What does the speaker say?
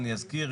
אני אזכיר,